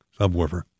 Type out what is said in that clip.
subwoofer